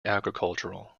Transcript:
agricultural